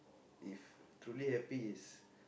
if truly happy is